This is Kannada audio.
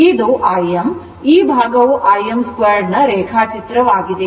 ಆದ್ದರಿಂದ ಇದು Im ಈ ಭಾಗವು Im2 ನ ರೇಖಾಚಿತ್ರವಾಗಿದೆ